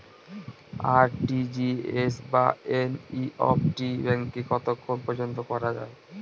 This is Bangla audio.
আর.টি.জি.এস বা এন.ই.এফ.টি ব্যাংকে কতক্ষণ পর্যন্ত করা যায়?